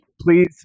please